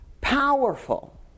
powerful